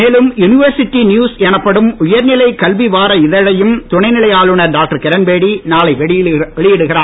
மேலும் university news எனப்படும் உயர்நிலை கல்வி வார இதழையும் துணை நிலை ஆளுநர் டாக்டர் கிரண்பேடி நாளை வெளியிடுகிறார்